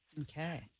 Okay